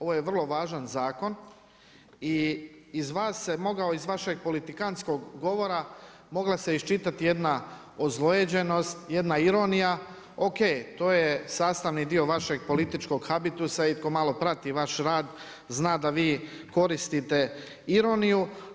Ovo je vrlo važan zakon i iz vašeg politikantskog govora mogla se iščitati jedna ozlojeđenost, jedna ironija, o.k. to je sastavni dio vašeg političkog habitusa i tko malo prati vaš rad zna da vi koristite ironiju.